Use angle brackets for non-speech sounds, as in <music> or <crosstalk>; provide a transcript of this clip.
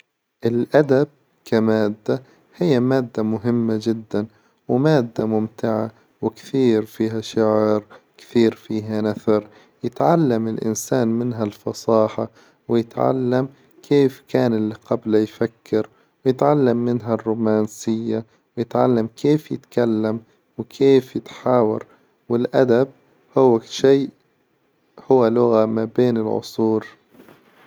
الأدب كمادة هي مادة مهمة جدا، ومادة ممتعة، وكثير فيها شعر، كثير فيها نثر، يتعلم الإنسان منها الفصاحة، ويتعلم كيف كان إللي قبله يفكر؟ ويتعلم منها الرومانسية، ويتعلم كيف يتكلم؟ وكيف يتحاور؟ والأدب هو شي <hesitation> هو لغة ما بين العصور.